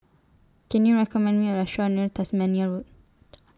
Can YOU recommend Me A Restaurant near Tasmania Road